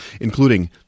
including